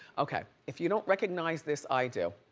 okay, if you don't recognize this, i do.